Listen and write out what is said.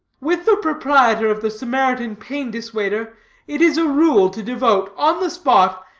with the proprietor of the samaritan pain dissuader it is a rule, to devote, on the spot,